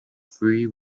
free